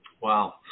Wow